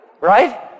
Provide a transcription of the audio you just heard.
Right